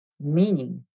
meaning